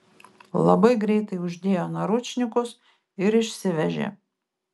labai greitai uždėjo naručnikus ir išsivežė